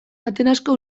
atenasko